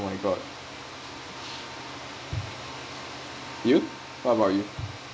oh my god you what about you